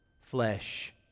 Flesh